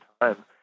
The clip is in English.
time